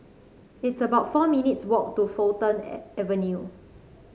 it's about four minutes' walk to Fulton A Avenue